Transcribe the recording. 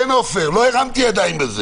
נכון, לא הרמתי ידיים.